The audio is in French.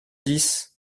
dix